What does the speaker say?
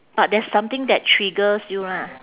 but there's something that triggers you lah